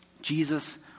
jesus